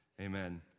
Amen